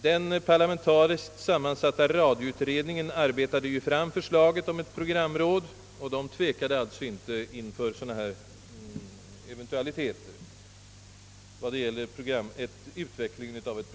Den parlamentariskt sammansatta radioutredningen arbetade ju fram förslaget om ett programråd, och denna utredning tvekade förmodligen inte inför sådana här eventualiteter vad gäller ett programråds ställning och funktion.